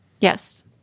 Yes